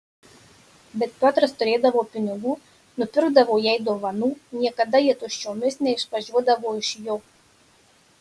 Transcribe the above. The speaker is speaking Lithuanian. bet piotras turėdavo pinigų nupirkdavo jai dovanų niekada ji tuščiomis neišvažiuodavo iš jo